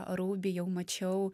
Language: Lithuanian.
rubį jau mačiau